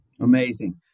Amazing